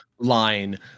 Line